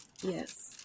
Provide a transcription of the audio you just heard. Yes